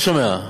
לא שומע.